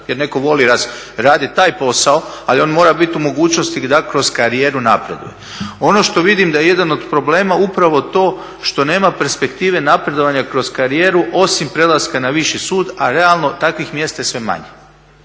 jer netko voli raditi taj posao. Ali on mora bit u mogućnosti da kroz karijeru napreduje. Ono što vidim da je jedan od problema upravo to što nema perspektive napredovanja kroz karijeru osim prelaska na viši sud, a realno takvih mjesta je sve manje.